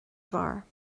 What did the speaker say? bhfear